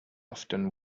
often